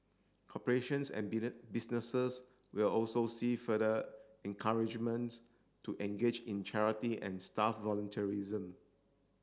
corporations and businesses will also see further encouragement to engage in charity and staff volunteerism